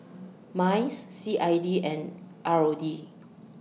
Minds C I D and R O D